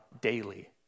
daily